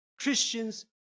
Christians